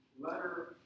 letter